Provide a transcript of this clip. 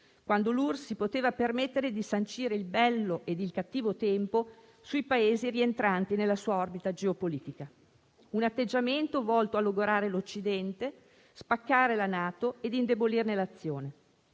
quando l'URSS si poteva permettere di fare il bello e il cattivo tempo sui Paesi rientranti nella sua orbita geopolitica; un atteggiamento volto a logorare l'Occidente, a spaccare la NATO e a indebolirne l'azione.